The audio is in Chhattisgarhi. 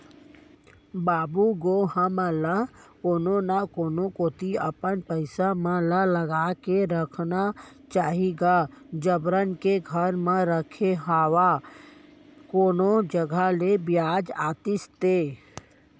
बाबू गो हमन ल कोनो न कोनो कोती अपन पइसा मन ल लगा के रखना चाही गा जबरन के घर म रखे हवय कोनो जघा ले बियाज आतिस ते